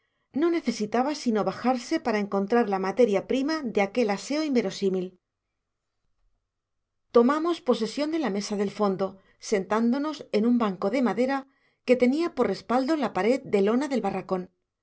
no necesitaba sino bajarse para encontrar la materia primera de aquel aseo inverosímil tomamos posesión de la mesa del fondo sentándonos en un banco de madera que tenía por respaldo la pared de lona del barracón la